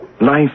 Life